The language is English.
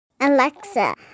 Alexa